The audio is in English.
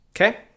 Okay